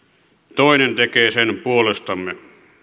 toinen tekee sen puolestamme